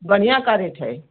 बढ़िया क्या रेट है